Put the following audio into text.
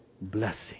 blessing